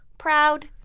proud.